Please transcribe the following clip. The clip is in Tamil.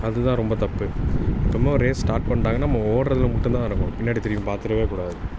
அது தான் ரொம்ப தப்பு எப்போமும் ரேஸ் ஸ்டார்ட் பண்ணிட்டாங்கன்னா நம்ம ஓடுறதுல மட்டும்தான் இருக்கணும் பின்னாடி திரும்பி பார்த்துறவேக் கூடாது